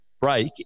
break